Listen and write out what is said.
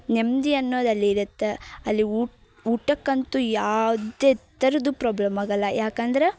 ನೆಮ್ಮದಿ ಅನ್ನೋದು ಅಲ್ಲಿರುತ್ತೆ ಅಲ್ಲಿ ಊಟಕ್ಕಂತೂ ಯಾವುದೇ ಥರದ್ದು ಪ್ರೋಬ್ಲಮ್ ಆಗಲ್ಲ ಯಾಕಂದ್ರೆ